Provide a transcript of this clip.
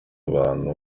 y’abantu